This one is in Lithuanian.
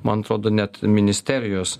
man atrodo net ministerijos